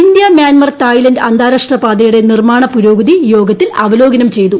India Myanmar Thailand അന്താരാഷ്ട്ര പാതയുടെ നിർമ്മാണ പുരോഗതി യോഗത്തിൽ ചെയ്തു